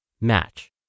Match